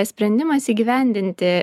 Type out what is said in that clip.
sprendimas įgyvendinti